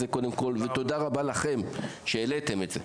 ותודה רבה לכם, שהעליתם את זה.